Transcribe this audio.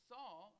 Saul